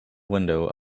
window